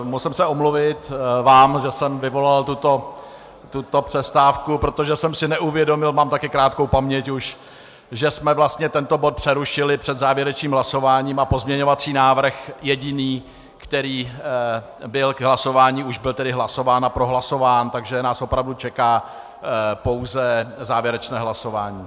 Musím se omluvit vám, že jsem vyvolal tuto přestávku, protože jsem si neuvědomil, mám taky už krátkou paměť, že jsme vlastně tento bod přerušili před závěrečným hlasováním a pozměňovací návrh jediný, který byl k hlasování, už byl tedy hlasován a prohlasován, takže nás opravdu čeká pouze závěrečné hlasování.